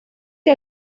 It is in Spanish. que